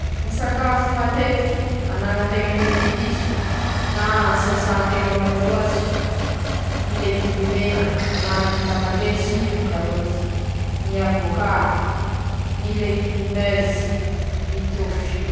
Ñy fomba hikarakara ñy hazan-dranomase aminy ñy fomba azo antoky, mba hisoroha ñy loza<ptoa>, ñy fiviliana ñy fia soa, manahaky anizay ñy fañajan-teña fahadiova, manahaky anizao ñy fiketreha ñ'azy soa, ketrehy soa eié, atao sôsy so-a mba tsy hampisy ñ'arety.